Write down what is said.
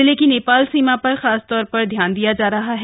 जिले की नेपाल सीमा पर खासतौर पर ध्यान दिया जा रहा है